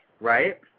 right